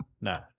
No